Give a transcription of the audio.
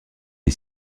est